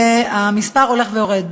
המספר הולך ויורד.